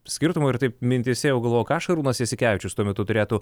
skirtumu ir taip mintyse jau galvojau ką šarūnas jasikevičius tuo metu turėtų